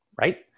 right